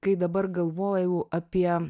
kai dabar galvoju apie